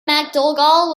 macdougall